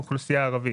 האוכלוסייה הערבית.